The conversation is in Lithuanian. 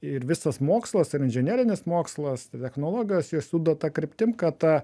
ir visas mokslas ir inžinerinis mokslas technologijos jos juda ta kryptim kad